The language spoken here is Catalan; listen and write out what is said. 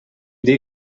dir